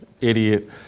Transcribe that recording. idiot